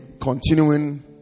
continuing